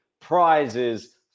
prizes